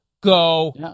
Go